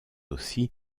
aussi